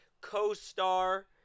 co-star